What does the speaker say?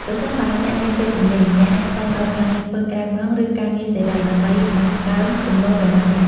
ប្រសិនបើអ្នកមានពេលទំនេរ អ្នកអាចស្វែងរកការងារធ្វើក្រៅម៉ោង ឬការងារសេរី ដើម្បីបង្កើនចំណូលរបស់អ្នក។